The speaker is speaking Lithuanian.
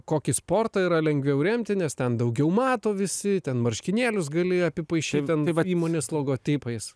kokį sportą yra lengviau remti nes ten daugiau mato visi ten marškinėlius gali apipaišyt ten vat įmonės logotipais